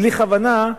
בלי כוונה,